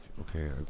okay